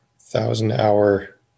thousand-hour